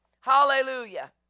Hallelujah